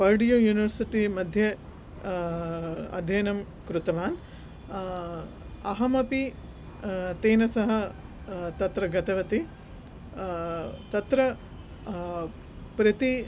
Purdue युनिवर्सिटीमध्ये अध्ययनं कृतवान् अहमपि तेन सह तत्र गतवती तत्र प्रति